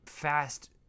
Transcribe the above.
fast